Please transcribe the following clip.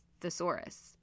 thesaurus